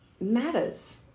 matters